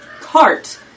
cart